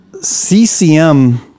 CCM